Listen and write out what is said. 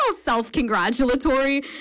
self-congratulatory